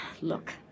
Look